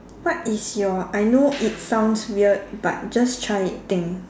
what is your I know it sounds weird but just try think